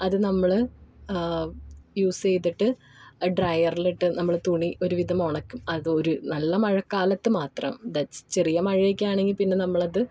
അത് നമ്മൾ യൂസ് ചെയ്തിട്ട് ആ ഡ്രയറിലിട്ട് നമ്മൾ തുണി ഒരുവിധം ഉണക്കും അത് ഒരു നല്ല മഴക്കാലത്ത് മാത്രം ദാറ്റ്സ് ചെറിയ മഴയൊക്കെയാണെങ്കിൽ പിന്നെ നമ്മളത്